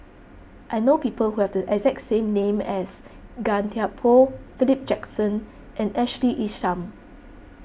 I know people who have the exact same name as Gan Thiam Poh Philip Jackson and Ashley Isham